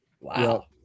Wow